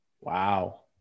Wow